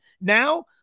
Now